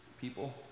people